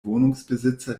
wohnungsbesitzer